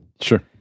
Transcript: Sure